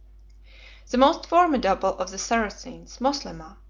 the most formidable of the saracens, moslemah,